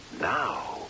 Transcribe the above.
Now